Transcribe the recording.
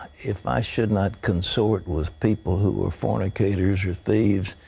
if i should not consort with people who are fornicators or thieves.